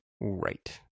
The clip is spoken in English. Right